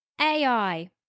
AI